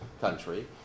country